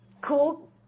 Cool